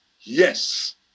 Yes